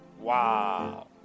Wow